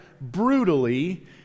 brutally